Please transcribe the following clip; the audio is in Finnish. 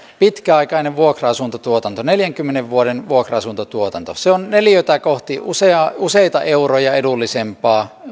pitkäaikainen vuokra asuntotuotanto neljänkymmenen vuoden vuokra asuntotuotanto se on vuokratasoltaan neliötä kohti useita euroja edullisempaa